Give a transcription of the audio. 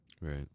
Right